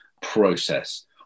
process